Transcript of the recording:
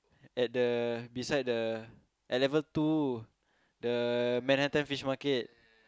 at the beside the level two the Manhattan-Fish-Market